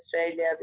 Australia